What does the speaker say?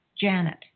Janet